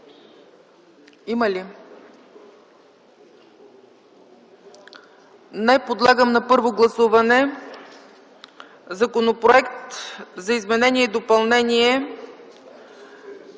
има ли? Не. Подлагам на първо гласуване Законопроект за изменение и допълнение